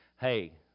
hey